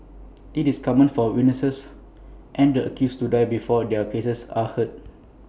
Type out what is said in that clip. IT is common for witnesses and the accused to die before their cases are heard